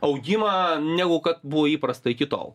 augimą negu kad buvo įprasta iki tol